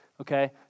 okay